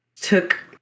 took